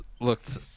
looked